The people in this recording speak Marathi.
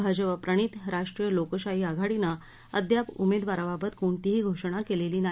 भाजपा प्रणित राष्ट्रीय लोकशाही आघाडीनं अद्याप उमेदवाराबाबत कोणतीही घोषणा केलेली नाही